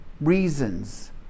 reasons